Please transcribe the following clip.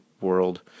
world